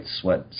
sweat